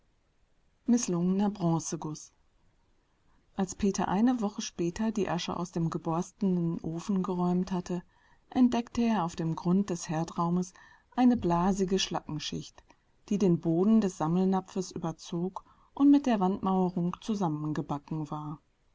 als peter eine woche später die asche aus dem geborstenen ofen geräumt hatte entdeckte er auf dem grund des herdraumes eine blasige schlackenschicht die den boden des sammelnapfes überzog und mit der wandmauerung zusammengebacken war